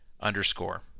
underscore